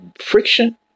friction